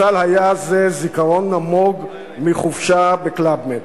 משל היה זה זיכרון נמוג מחופשה ב"קלאב מד".